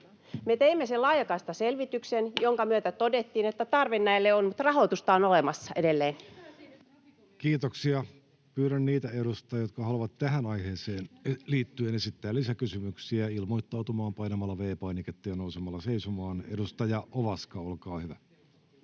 Me teimme sen laajakaistaselvityksen, jonka myötä todettiin, että tarve näille on, mutta rahoitusta on olemassa edelleenkin. Kiitoksia. — Pyydän niitä edustajia, jotka haluavat tähän aiheeseen liittyen esittää lisäkysymyksiä, ilmoittautumaan painamalla V-painiketta ja nousemalla seisomaan. — Edustaja Ovaska, olkaa hyvä.